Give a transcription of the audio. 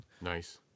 Nice